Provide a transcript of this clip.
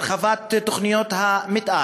הרחבת תוכניות המתאר,